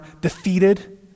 defeated